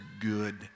good